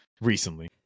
recently